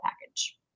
package